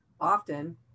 often